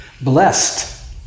blessed